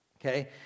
Okay